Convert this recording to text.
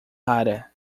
rara